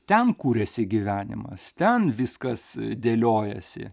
ten kur esi gyvenimas ten viskas dėliojasi